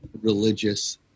religious